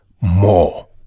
more